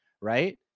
right